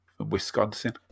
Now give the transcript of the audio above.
Wisconsin